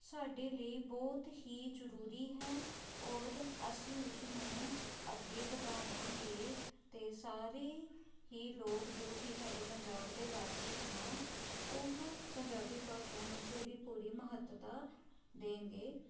ਸਾਡੇ ਲਈ ਬਹੁਤ ਹੀ ਜ਼ਰੂਰੀ ਹੈ ਔਰ ਅਸੀਂ ਉਸ ਨੂੰ ਅੱਗੇ ਵਧਾਵਾਂਗੇ ਅਤੇ ਸਾਰੇ ਹੀ ਲੋਕ ਜੋ ਕਿ ਸਾਡੇ ਪੰਜਾਬ ਦੇ ਵਾਸੀ ਹਾਂ ਉਹ ਪੰਜਾਬੀ ਭਾਸ਼ਾ ਨੂੰ ਪੂਰੀ ਪੂਰੀ ਮਹੱਤਤਾ ਦੇਣਗੇ